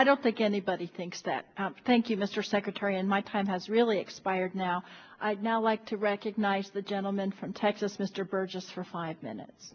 i don't think anybody thinks that thank you mr secretary in my time has really expired now i'd now like to recognize the gentleman from texas mr burgess for five minutes